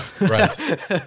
Right